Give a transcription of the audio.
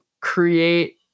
create